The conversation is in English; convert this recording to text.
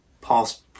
Paul's